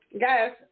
Guys